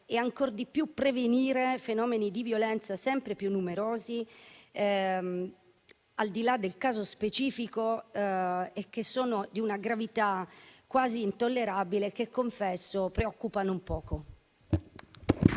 e ancor di più prevenire fenomeni di violenza sempre più numerosi, al di là del caso specifico, e che sono di una gravità quasi intollerabile, che - lo confesso -preoccupa non poco.